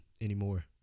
anymore